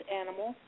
animal